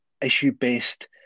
issue-based